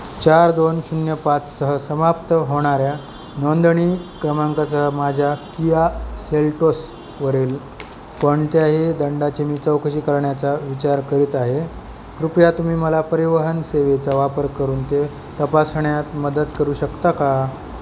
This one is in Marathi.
चार दोन शून्य पाचसह समाप्त होणाऱ्या नोंदणी क्रमांकासह माझ्या किया सेल्टोसवरील कोणत्याही दंडाची मी चौकशी करण्याचा विचार करीत आहे कृपया तुम्ही मला परिवहन सेवेचा वापर करून ते तपासण्यात मदत करू शकता का